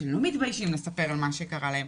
שהם לא מתביישים לספר על מה שקרה להם,